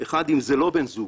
ראשית, אם אין מדובר בבן זוג,